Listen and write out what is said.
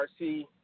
RC